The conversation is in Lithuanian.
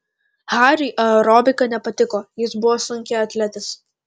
hariui aerobika nepatiko jis buvo sunkiaatletis